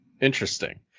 Interesting